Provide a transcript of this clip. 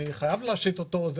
אני אהיה חייב להשית אותו.